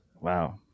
wow